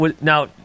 Now